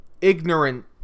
ignorant